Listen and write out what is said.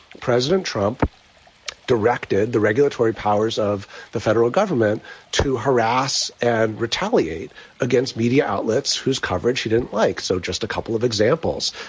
president trump directed the regulatory powers of the federal government to harass and retaliate against media outlets whose coverage he didn't like. so just a couple of examples.